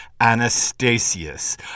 Anastasius